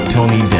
Tony